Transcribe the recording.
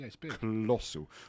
colossal